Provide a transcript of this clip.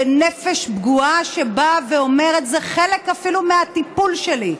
בנפש פגועה שבאה ואומרת: זה אפילו חלק מהטיפול שלי.